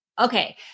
okay